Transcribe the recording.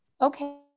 okay